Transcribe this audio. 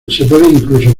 incluso